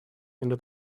into